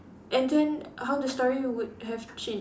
and then how the story would have changed